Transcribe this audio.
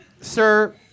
Sir